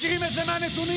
מכירים את זה מהנתונים.